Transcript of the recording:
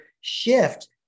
shift